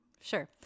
Sure